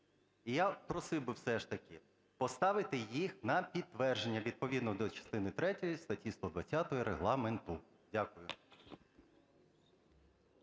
я просив би все ж таки поставити їх на підтвердження відповідно до частини третьої статті 120 Регламенту. Дякую.